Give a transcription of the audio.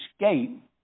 escape